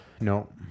no